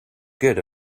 good